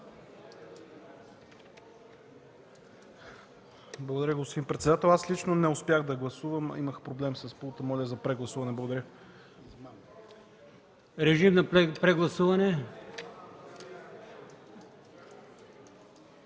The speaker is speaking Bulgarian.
Благодаря, господин председател. Аз лично не успях да гласувам, имах проблем с пулта. Моля за прегласуване. Благодаря. ПРЕДСЕДАТЕЛ